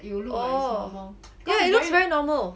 oh yeah it looks very normal